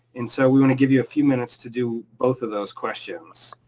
and so we want to give you a few minutes to do both of those questions.